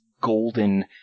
golden